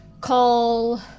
call